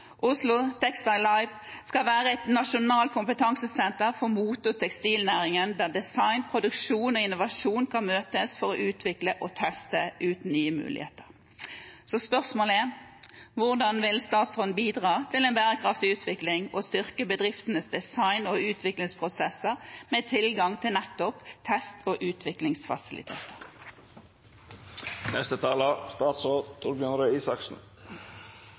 Oslo Textile Lab skal være et nasjonalt kompetansesenter for mote- og tekstilnæringen, der design, produksjon og innovasjon kan møtes for å utvikle og teste ut nye muligheter. Spørsmålet er: Hvordan vil statsråden bidra til en bærekraftig utvikling og styrke bedriftenes design- og utviklingsprosesser, med tilgang til nettopp test- og utviklingsfasiliteter?